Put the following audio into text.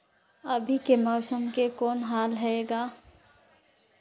अभी के मौसम के कौन हाल हे ग?